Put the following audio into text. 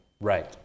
Right